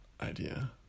idea